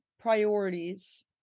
priorities